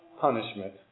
punishment